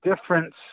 difference